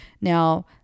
Now